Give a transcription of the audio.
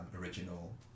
original